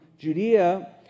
Judea